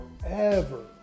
forever